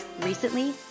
Recently